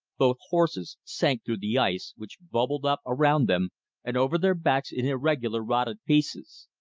both horses sank through the ice, which bubbled up around them and over their backs in irregular rotted pieces.